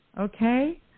Okay